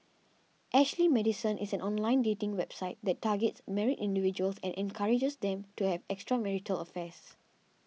Ashley Madison is an online dating website that targets married individuals and encourages them to have extramarital affairs